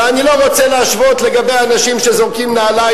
ואני לא רוצה להשוות לגבי אנשים שזורקים נעליים,